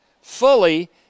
Fully